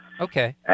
Okay